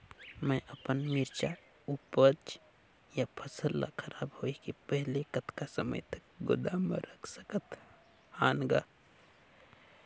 मैं अपन मिरचा ऊपज या फसल ला खराब होय के पहेली कतका समय तक गोदाम म रख सकथ हान ग?